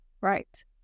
right